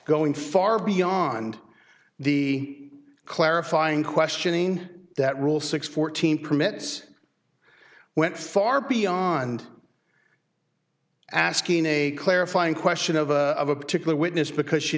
going far beyond the clarifying questioning that rule six fourteen permits went far beyond asking a clarifying question of a particular witness because she